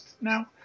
now